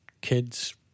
kids